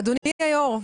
אדוני היו"ר,